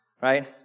right